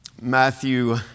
Matthew